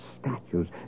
statues